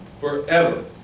forever